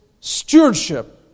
Stewardship